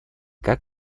как